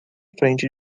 frente